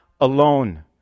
alone